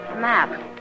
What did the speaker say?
map